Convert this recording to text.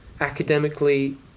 academically